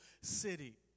city